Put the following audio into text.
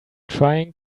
trying